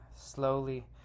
slowly